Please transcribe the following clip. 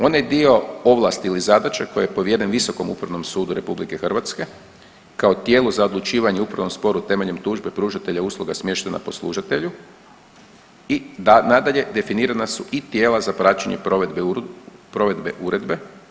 Onaj dio ovlasti ili zadaća koji je povjeren Visokom upravnom sudu RH kao tijelu za odlučivanje u upravnom sporu temeljem tužbe pružatelja usluga smještenom na poslužitelju i nadalje definirana su i tijela za praćenje provedbe uredbe.